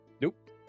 Nope